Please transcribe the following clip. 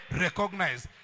recognized